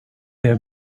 their